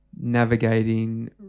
navigating